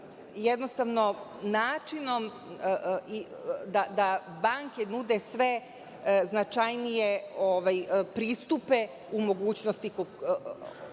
berzi i načinom da banke nude sve značajnije pristupe u mogućnosti